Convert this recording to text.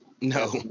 No